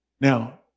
Now